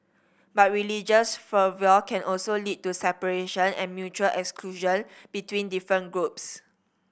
but religious fervour can also lead to separation and mutual exclusion between different groups